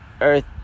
earth